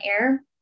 air